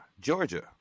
Georgia